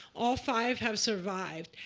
all five have survived.